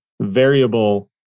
variable